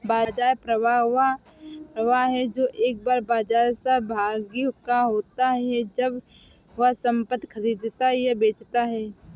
बाजार प्रभाव वह प्रभाव है जो एक बाजार सहभागी का होता है जब वह संपत्ति खरीदता या बेचता है